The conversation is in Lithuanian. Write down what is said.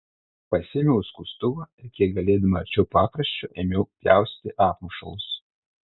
pasiėmiau skustuvą ir kiek galėdama arčiau pakraščio ėmiau pjaustyti apmušalus